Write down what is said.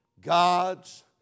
God's